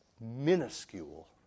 minuscule